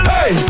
Hey